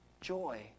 joy